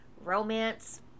romance